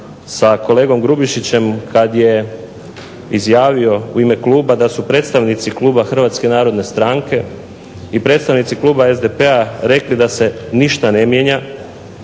sa kolegom Grubišićem kad je izjavio u ime kluba da su predstavnici kluba Hrvatske narodne stranke i predstavnici kluba SDP-a rekli da se ništa ne mijenja